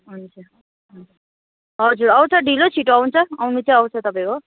हुन्छ हुन्छ हजुर आउँछ ढिलो छिटो आउँछ आउनु चाहिँ आउँछ तपाईँको